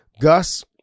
Gus